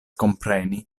kompreni